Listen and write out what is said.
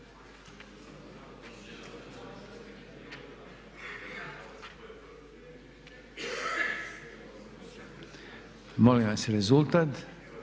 Molim vas rezultat.